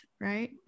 right